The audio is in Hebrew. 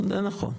זה נכון,